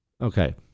Okay